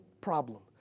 problem